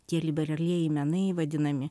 tie liberalieji menai vadinami